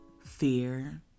fear